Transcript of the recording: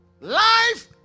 Life